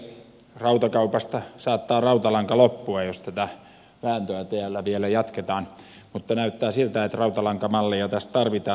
rautakaupasta saattaa rautalanka loppua jos tätä vääntöä täällä vielä jatketaan mutta näyttää siltä että rautalankamalleja tässä tarvitaan